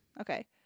okay